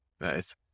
Nice